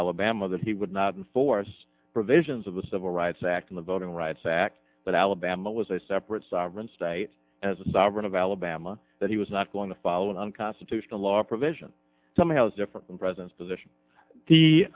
alabama that he would not enforce provisions of the civil rights act of the voting rights act that alabama was a separate sovereign state as a sovereign of alabama that he was not going to follow an unconstitutional law provision something else different than presidents position the